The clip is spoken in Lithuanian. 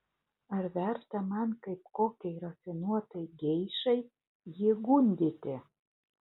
ar verta man kaip kokiai rafinuotai geišai jį gundyti